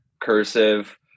cursive